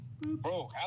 Bro